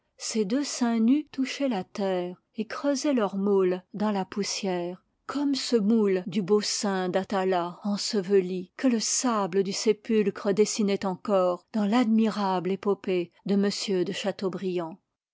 ses deux seins nus touchaient la terre et creusaient leur moule dans la poussière comme ce moule du beau sein d'atala ensevelie que le sable du sépulcre dessinait encore dans l'admirable épopée de m de châteaubriand